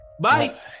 Bye